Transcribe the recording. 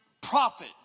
profit